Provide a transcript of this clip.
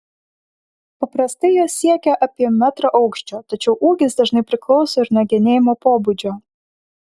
paprastai jos siekia apie metrą aukščio tačiau ūgis dažnai priklauso ir nuo genėjimo pobūdžio